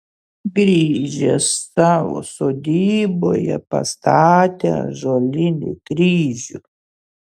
grįžęs savo sodyboje pastatė ąžuolinį kryžių